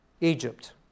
Egypt